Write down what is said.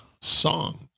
song